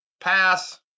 Pass